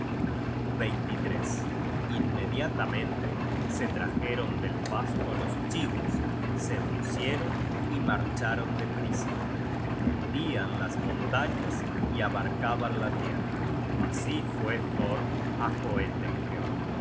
joetenhem inmediatamente se trajeron del pasto los chibos se uncieron y marcharon de prisa hendian las montañas y abarcaban la tierra así fue thor á